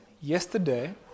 yesterday